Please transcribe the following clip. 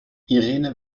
irene